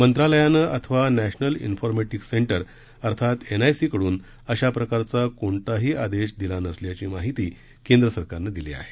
मंत्रालयानं अथवा national informatics centre अर्थात एनआयसीकडून अशाप्रकारचा कोणताही आदेश दिला नसल्याची माहिती केंद्र सरकारनं दिली आहे